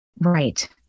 Right